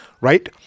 right